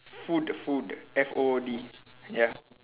food food F O O D ya